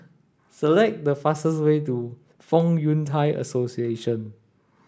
select the fastest way to Fong Yun Thai Association